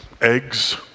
eggs